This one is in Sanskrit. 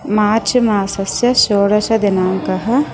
मार्च् मासस्य षोडषदिनाङ्कः